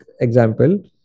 example